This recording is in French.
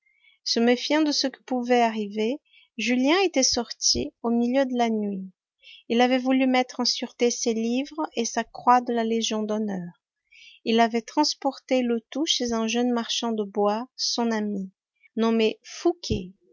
se méfiant de ce qui pouvait arriver julien était sorti au milieu de la nuit il avait voulu mettre en sûreté ses livres et sa croix de la légion d'honneur il avait transporté le tout chez un jeune marchand de bois son ami nommé fouqué